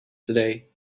today